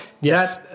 Yes